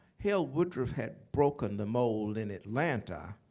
hale woodruff had broken the mold in atlanta,